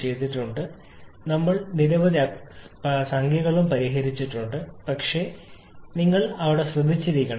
ഞങ്ങൾ നിരവധി അക്കങ്ങളും പരിഹരിച്ചിട്ടുണ്ട് ഒരുപക്ഷേ നിങ്ങൾ അവിടെ ശ്രദ്ധിച്ചിരിക്കണം